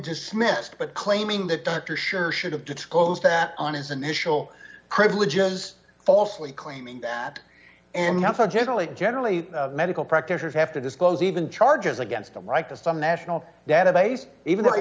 dismissed but claiming that dr sure should have disclosed that on his initial privileges falsely claiming that and have a generally generally medical practitioners have to disclose even charges against the right to some national database even